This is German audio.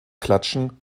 klatschen